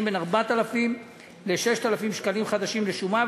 בין 4,000 ל-6,000 שקלים חדשים לשומה,